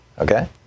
okay